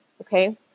Okay